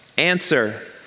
Answer